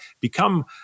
become